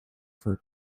for